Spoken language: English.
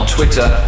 Twitter